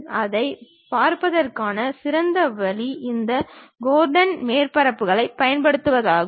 அதைப் பார்ப்பதற்கான சிறந்த வழி இந்த கோர்டன் மேற்பரப்புகளைப் பயன்படுத்துவதாகும்